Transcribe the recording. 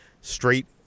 straight